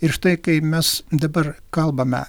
ir štai kai mes dabar kalbame